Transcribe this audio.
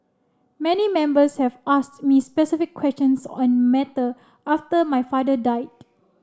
many Members have asked me specific questions on matter after my father died